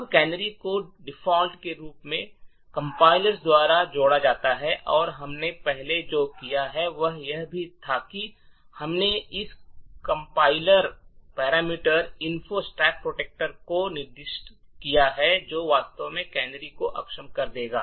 अब कैनरी को डिफ़ॉल्ट रूप से कंपाइलर द्वारा जोड़ा जाता है और हमने पहले जो किया है वह यह था कि हमने इस compiler parameter fno stack protector को निर्दिष्ट किया है जो वास्तव में कैनरी को अक्षम कर देगा